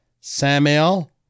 Samuel